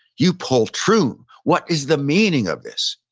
you've pulled true. what is the meaning of this?